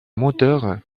moteur